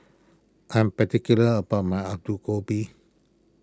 I am particular about my Alu Gobi